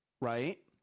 Right